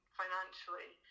financially